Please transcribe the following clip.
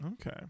Okay